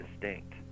distinct